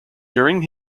during